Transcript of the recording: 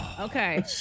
Okay